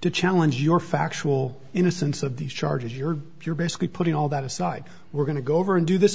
to challenge your factual innocence of these charges you're you're basically putting all that aside we're going to go over and do this